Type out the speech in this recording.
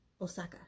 Osaka